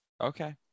okay